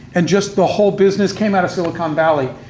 and just the whole business, came out of silicon valley.